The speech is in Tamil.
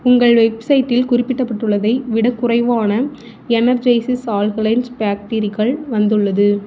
உங்கள் வெப்சைட்டில் குறிப்பிடப்பட்டுள்ளதை விடக் குறைவான எனர்ஜைஸஸ் ஆல்கலைன்ஸ் பேட்டிரிகள் வந்துள்ளது